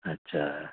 अच्छा